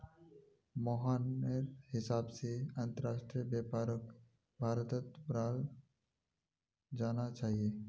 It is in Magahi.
मोहनेर हिसाब से अंतरराष्ट्रीय व्यापारक भारत्त बढ़ाल जाना चाहिए